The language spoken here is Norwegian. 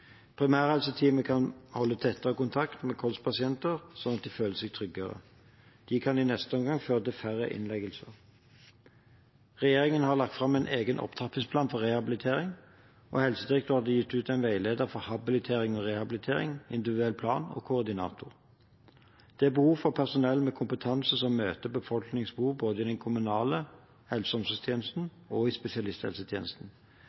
kan holde tettere kontakt med kols-pasienter, slik at de føler seg tryggere. Det kan i neste omgang føre til færre innleggelser. Regjeringen har lagt fram en egen opptrappingsplan for rehabilitering, og Helsedirektoratet har gitt ut en veileder for habilitering og rehabilitering, individuell plan og koordinator. Det er behov for personell med kompetanse som møter befolkningens behov, både i den kommunale helse- og